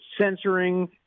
censoring